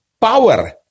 power